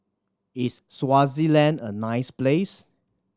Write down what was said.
is Swaziland a nice place